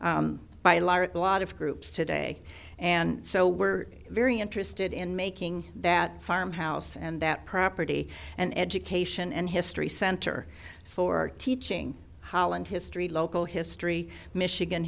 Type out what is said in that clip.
by a lot of groups today and so we're very interested in making that farmhouse and that property and education and history center for teaching holland history local history michigan